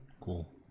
Cool